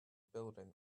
building